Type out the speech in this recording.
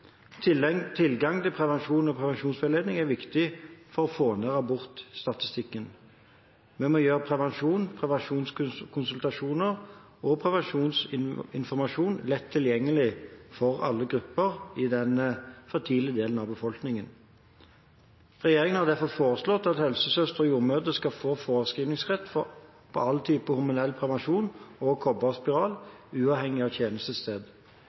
prevensjon. Tilgang til prevensjon og prevensjonsveiledning er viktig for å få ned aborttallene. Vi må gjøre prevensjon, prevensjonskonsultasjoner og prevensjonsinformasjon lett tilgjengelig for alle grupper i den fertile delen av befolkningen. Regjeringen har derfor foreslått at helsesøstre og jordmødre skal få forskrivningsrett på all type hormonell prevensjon og kobberspiral, uavhengig av